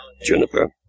juniper